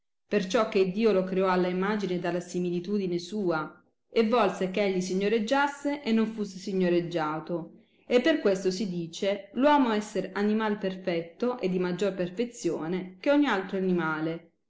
creasse perciò che iddio lo creò alla imagine ed alla similitudine sua e volse eh egli signoreggiasse e non fusse signoreggiato e per questo si dice l uomo esser animai perfetto e di maggior perfezione che ogni altro animale